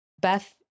beth